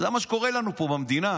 זה מה שקורה לנו פה במדינה.